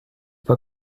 pas